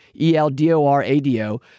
E-L-D-O-R-A-D-O